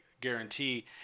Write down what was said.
guarantee